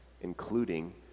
including